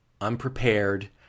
unprepared